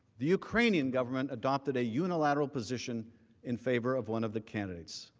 the craning government adopted a unilateral position in favor of one of the candidates.